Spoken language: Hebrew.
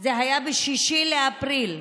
זה היה ב-6 באפריל,